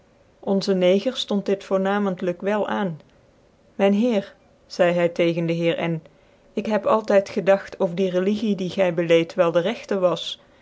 onze neger lont dit voornamcntlyk wel aan myn heer zcidc hy tegens dc heer n ik heb alt d gedagt of die religie die gy beleed wel dc regte was